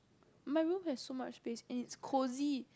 my room has so much space and it's cosy